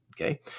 Okay